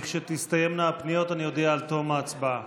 לכשתסתיימנה הפניות אודיע על תום ההצבעה.